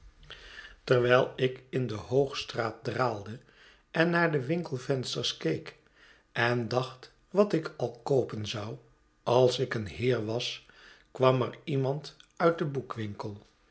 terwijl ik in de hoogstraat draalde en naar de winkelvensters keek en dacht wat ik al koopen zou als ik een heer was kwam er iemand uit den boekwinkel